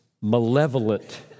malevolent